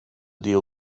deal